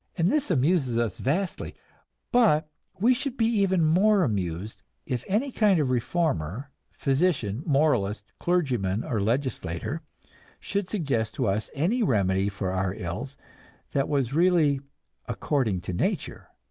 and this amuses us vastly but we should be even more amused if any kind of reformer, physician, moralist, clergyman or legislator should suggest to us any remedy for our ills that was really according to nature.